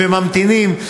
וממתינים,